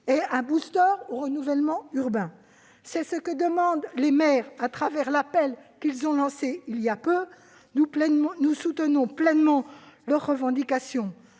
et d'un en matière de renouvellement urbain. C'est ce que demandent les maires à travers l'appel qu'ils ont lancé il y a peu. Nous soutenons pleinement leurs revendications.